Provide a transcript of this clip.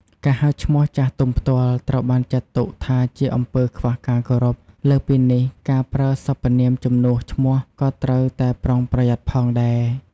ការហៅឈ្មោះចាស់ទុំផ្ទាល់ ត្រូវបានចាត់ទុកថាជាអំពើខ្វះការគោរព។ លើសពីនេះ ការប្រើសព្វនាមជំនួសឈ្មោះ ក៏ត្រូវតែប្រុងប្រយ័ត្នផងដែរ។